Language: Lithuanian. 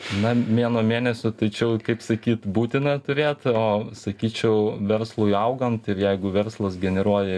na mėnuo mėnesiu tai čia jau kaip sakyt būtina turėt o sakyčiau verslui augant ir jeigu verslas generuoja